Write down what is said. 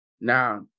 Now